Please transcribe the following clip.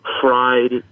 fried